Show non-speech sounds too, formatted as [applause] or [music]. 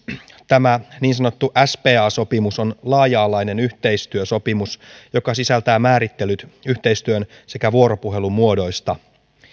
[unintelligible] [unintelligible] [unintelligible] tämä niin sanottu spa sopimus on laaja alainen yhteistyösopimus joka sisältää määrittelyt yhteistyön sekä vuoropuhelun muodoista